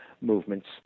movements